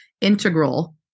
integral